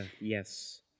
Yes